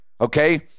okay